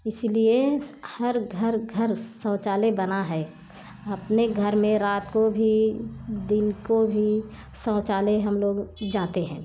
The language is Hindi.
इसलिए हर घर घर शौचालय बना है अपने घर में रात को भी दिन को भी शौचालय हम लोग जाते हैं